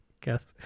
guess